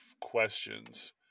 questions